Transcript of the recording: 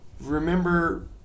Remember